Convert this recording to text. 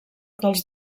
dels